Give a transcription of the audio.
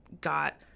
got